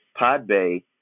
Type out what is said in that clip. Podbay